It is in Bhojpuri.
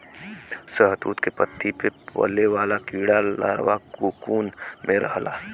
शहतूत के पत्ती पे पले वाला कीड़ा लार्वा कोकून में रहला